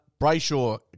Brayshaw